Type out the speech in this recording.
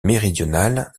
méridional